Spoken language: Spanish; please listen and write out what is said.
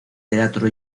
teatro